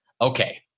Okay